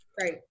Right